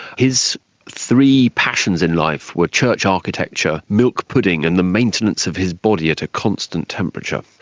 his three passions in life were church architecture, milk pudding, and the maintenance of his body at a constant temperature.